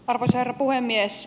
arvoisa herra puhemies